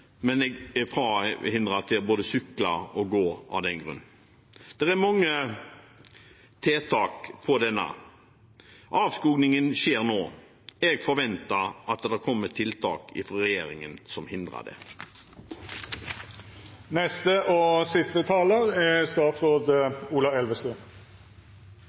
gå av den grunn. Det er mange tiltak mot dette. Avskogingen skjer nå, jeg forventer at det kommer tiltak fra regjeringen som hindrer det.